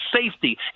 safety